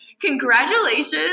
Congratulations